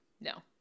no